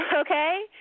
Okay